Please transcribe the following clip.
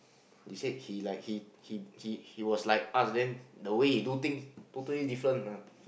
he said he like he he he he was like us then in the way he do things totally different ah